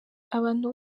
abantu